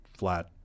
Flat